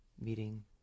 meeting